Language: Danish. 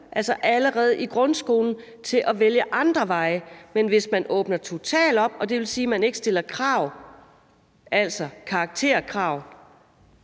allerede i grundskolen, til at vælge andre veje. Men hvis man åbner totalt op, og det vil sige, at man ikke stiller krav, altså karakterkrav,